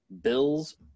Bills